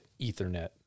ethernet